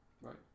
Right